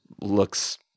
looks